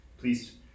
Please